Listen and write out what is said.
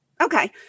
Okay